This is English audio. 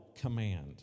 command